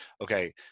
okay